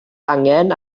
angen